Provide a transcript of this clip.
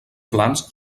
plans